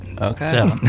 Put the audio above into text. Okay